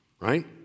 Right